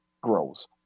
grows